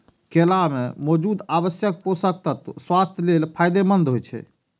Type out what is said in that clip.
केला मे मौजूद आवश्यक पोषक तत्व स्वास्थ्य लेल फायदेमंद होइ छै